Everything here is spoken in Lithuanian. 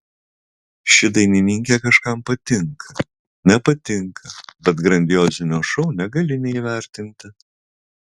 ši dainininkė kažkam patinka nepatinka bet grandiozinio šou negali neįvertinti